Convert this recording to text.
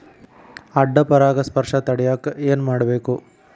ಅಡ್ಡ ಪರಾಗಸ್ಪರ್ಶ ತಡ್ಯಾಕ ಏನ್ ಮಾಡ್ಬೇಕ್?